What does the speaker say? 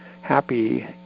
happy